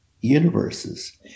universes